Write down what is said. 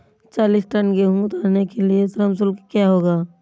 चालीस टन गेहूँ उतारने के लिए श्रम शुल्क क्या होगा?